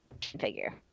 figure